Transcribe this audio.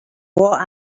what